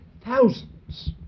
thousands